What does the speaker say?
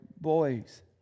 boys